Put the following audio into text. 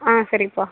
ஆ சரிப்பா